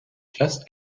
just